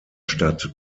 stadt